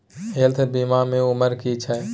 Health बीमा के उमर की छै?